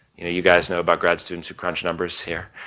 you guys know about grad students who crunch numbers here.